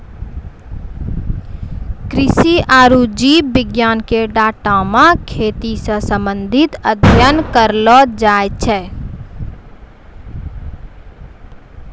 कृषि आरु जीव विज्ञान के डाटा मे खेती से संबंधित अध्ययन करलो जाय छै